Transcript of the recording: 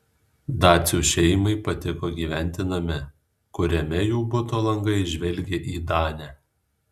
dacių šeimai patiko gyventi name kuriame jų buto langai žvelgė į danę